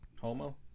Homo